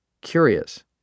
curious